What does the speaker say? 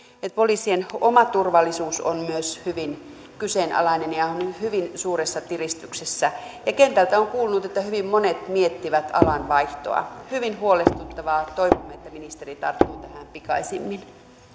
myös poliisien oma turvallisuus on hyvin kyseenalainen ja on hyvin suuressa tiristyksessä ja kentältä on kuulunut että hyvin monet miettivät alan vaihtoa tämä on hyvin huolestuttavaa toivon että ministeri tarttuu pikaisimmin